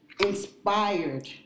inspired